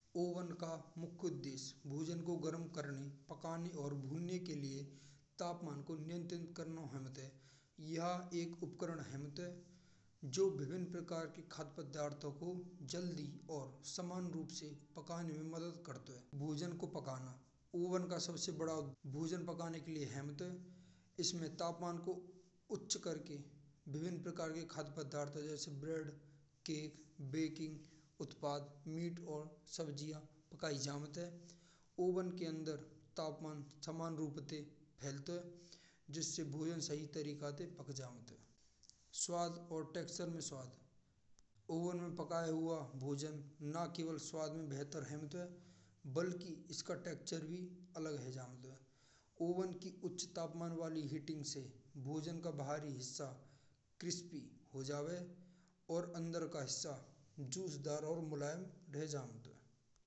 ओवन का मुख्य उद्देश्य भोजन को गर्म करने के लिए। और भुनाने के लिए तापमान को नियंत्रित करना है क्रो जात हय। एक उपकरण है जो विभिन प्रकार के भोजन पदार्थों को जल्दी और समान रूप से पकाने में मदद करता है। भोजन को पकाना ओवन का सबसे बड़ा भोजन पकाने के लीजी। हम तो इसमें तापमान को उच्च करके विविध प्रकार के भोजन पदार्थों जैसे रोटी, बेकिंग उत्पाद और तपमान समान रूप से फैलतो हय। जिसे भोजन सही तरीके से पक जात हय। स्वाद और टैक्सचर मैं स्वाद। ओवन में पका हुआ भोजन न केवल स्वाद में बेहतर हेमत हय। बल्कि इसका टेक्सचर भी अलग हय जवत हय। ओवन की उच्च तापमान वाली हीटिंग से भोजन का बाहरी हिस्सा क्रिस्पी हो जावे हय। और अंदर का हिस्सा जूसदार और मुलायम हो जात हय।